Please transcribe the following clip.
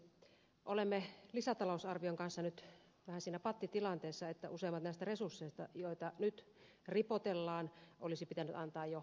olemme lisätalousarvion kanssa nyt vähän siinä pattitilanteessa että useimmat näistä resursseista joita nyt ripotellaan olisi pitänyt antaa jo keväällä